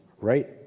right